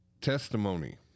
testimony